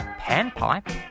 Panpipe